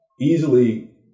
easily